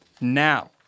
now